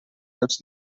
dels